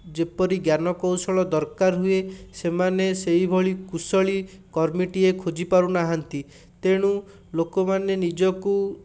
ଯେପରି ଜ୍ଞାନକୌଶଳ ଦରକାର ହୁଏ ସେମାନେ ସେହିଭଳି କୁଶଳୀ କର୍ମୀଟିଏ ଖୋଜିପାରୁନାହାନ୍ତି ତେଣୁ ଲୋକମାନେ ନିଜକୁ